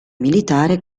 militare